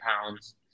pounds